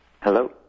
Hello